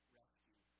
rescue